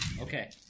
Okay